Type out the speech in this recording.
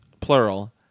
plural